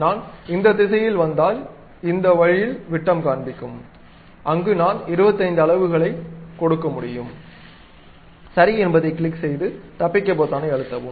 நான் இந்த திசையில் வந்தால் இந்த வழியில் விட்டம் காண்பிக்கும் அங்கு நான் 25 அலகுகள் அளவைக் கொடுக்க முடியும் சரி என்பதைக் கிளிக் செய்து தப்பிக்க பொத்தானை அழுத்தவும்